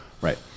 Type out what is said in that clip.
Right